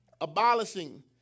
abolishing